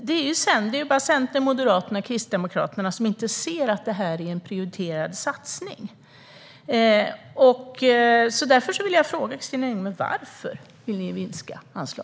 Det är bara Centern, Moderaterna och Kristdemokraterna som inte ser detta som en prioriterad satsning. Varför vill ni minska anslaget, Kristina Yngwe?